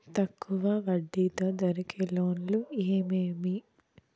తక్కువ వడ్డీ తో దొరికే లోన్లు ఏమేమి